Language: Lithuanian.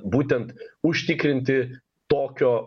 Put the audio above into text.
būtent užtikrinti tokio